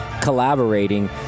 collaborating